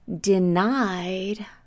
denied